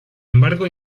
embargo